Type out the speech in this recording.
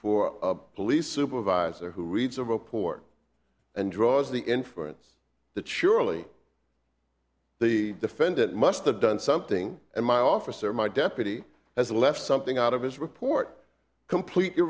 for a police supervisor who reads a report and draws the inference that surely the defendant must have done something and my office or my deputy has left something out of his report complete